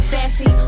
Sassy